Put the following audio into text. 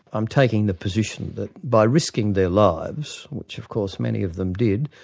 i'm taking the position that by risking their lives, which of course many of them did,